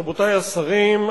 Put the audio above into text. רבותי השרים,